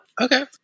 Okay